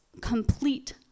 complete